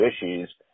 issues